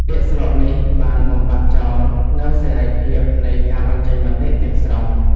ពាក្យស្លោកនេះបានបំបាត់ចោលនូវសេរីភាពនៃការបញ្ចេញមតិទាំងស្រុង។